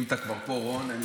אם אתה כבר פה, רון.